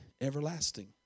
everlasting